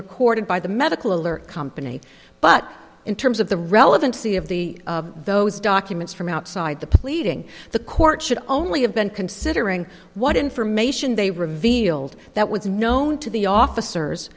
recorded by the medical alert company but in terms of the relevancy of the of those documents from outside the pleading the court should only have been considering what information they revealed that was known to the officers